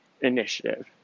initiative